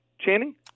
Channing